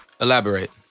Elaborate